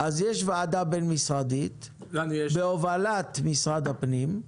אז יש ועדה בין-משרדית, בהובלת משרד הפנים,